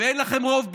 אין לכם רוב בעם.